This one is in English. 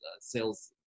sales